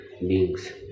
beings